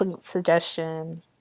suggestion